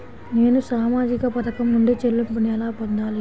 నేను సామాజిక పథకం నుండి చెల్లింపును ఎలా పొందాలి?